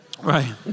Right